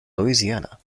louisiana